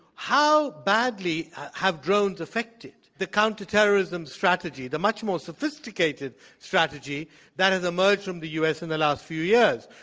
how badly have drones affected the counterterrorism strategy, the much more sophisticated strategy that has emerged from the u. s. in the last few years,